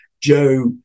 joe